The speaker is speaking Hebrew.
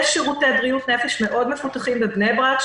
יש שירותי בריאות נפש מפותחים מאוד בבני ברק,